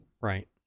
Right